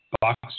box